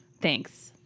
Thanks